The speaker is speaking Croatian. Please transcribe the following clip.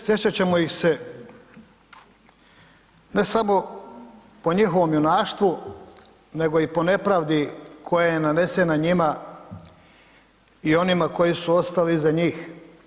Sjetiti ćemo ih se ne samo po njihovom junaštvu nego i po nepravdi koja je nanesena njima i onima koji su ostali iza njih.